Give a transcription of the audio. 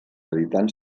editant